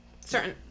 Certain